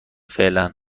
فعلا